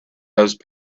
these